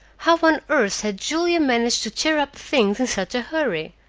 how on earth had julia managed to tear up things in such a hurry?